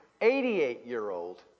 88-year-old